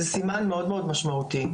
זה סימן מאוד משמעותי.